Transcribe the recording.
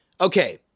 okay